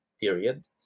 period